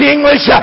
English